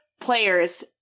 players